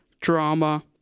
drama